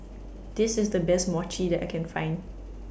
This IS The Best Mochi that I Can Find